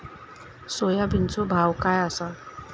सोयाबीनचो भाव काय आसा?